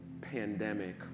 pandemic